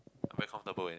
very comfortable eh